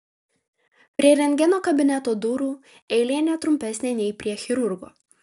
prie rentgeno kabineto durų eilė ne trumpesnė nei prie chirurgo